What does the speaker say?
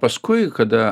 paskui kada